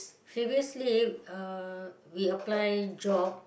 previously uh we apply job